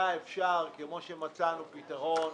היה אפשר, כמו שמצאנו פתרון